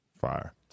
Fire